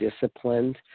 disciplined